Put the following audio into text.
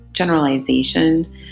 Generalization